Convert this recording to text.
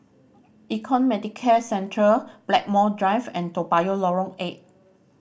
Econ Medicare Centre Blackmore Drive and Toa Payoh Lorong Eight